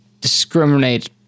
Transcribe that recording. discriminate